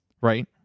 right